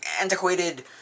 antiquated